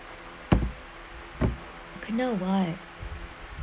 canal why